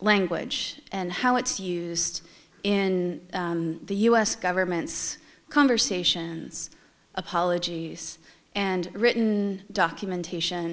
language and how it's used in the u s government's conversations apologies and written documentation